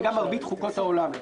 וגם מרבית חוקות העולם לא.